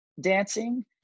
dancing